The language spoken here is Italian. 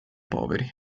poveri